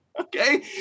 Okay